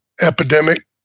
epidemic